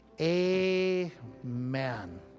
Amen